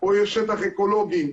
פה יש שטח אקולוגי.